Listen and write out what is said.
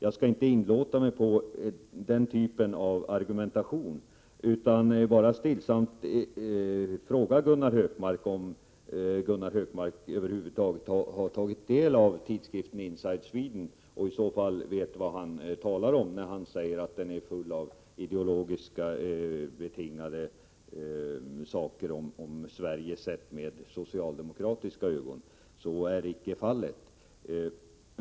Jag skall inte inlåta mig på den typen av argumentation utan bara stillsamt fråga Gunnar Hökmark om han över huvud taget har tagit del av tidskriften Inside Sweden och i så fall vet vad han talar om när han säger att den är full av ideologiskt betingat material om Sverige sett med socialdemokratiska ögon. Så är icke fallet.